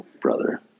brother